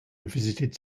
visited